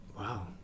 Wow